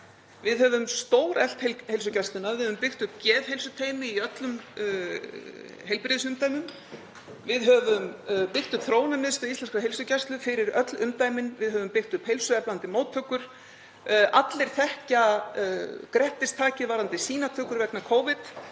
Við höfum stóreflt heilsugæsluna. Við höfum byggt upp geðheilsuteymi í öllum heilbrigðisumdæmum. Við höfum byggt upp Þróunarmiðstöð íslenskrar heilsugæslu fyrir öll umdæmin. Við höfum byggt upp heilsueflandi móttökur. Allir þekkja grettistakið varðandi sýnatöku vegna Covid.